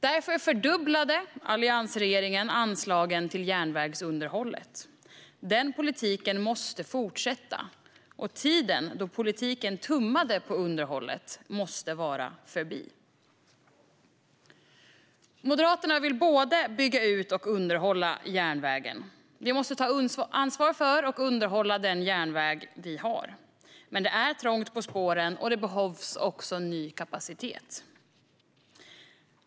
Därför fördubblade alliansregeringen anslagen till järnvägsunderhållet. Denna politik måste fortsätta, och tiden då politiken tummade på underhållet måste vara förbi. Moderaterna vill både bygga ut och underhålla järnvägen. Vi måste ta ansvar för och underhålla den järnväg vi har. Men det är trångt på spåren, och det behövs ny kapacitet.